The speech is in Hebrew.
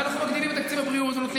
ואנחנו מגדילים את תקציב הבריאות ונותנים